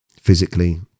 physically